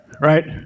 right